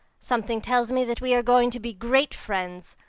something tells me that we are going to be great friends.